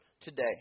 today